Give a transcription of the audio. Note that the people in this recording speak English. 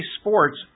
Sports